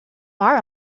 bar